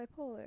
bipolar